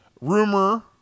rumor